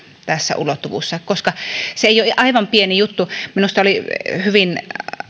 tässä ulottuvuudessa koska se ei ole aivan pieni juttu minusta oli hyvin